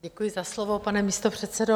Děkuji za slovo, pane místopředsedo.